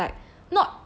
in korea is like